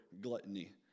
gluttony